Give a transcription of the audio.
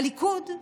הליכוד,